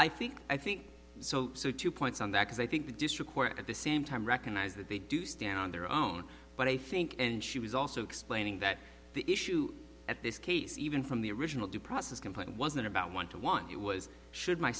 i think i think so so two points on that is i think the district court at the same time recognize that they do stand on their own but i think and she was also explaining that the issue at this case even from the original due process complaint wasn't about want to want it was should my